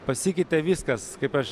pasikeitė viskas kaip aš